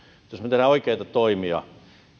teemme oikeita toimia